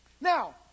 Now